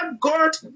God